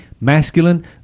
masculine